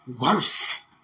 worse